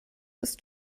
ist